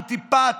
אנטיפת,